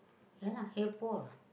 ya lah hey Paul